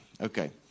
Okay